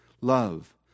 love